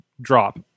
drop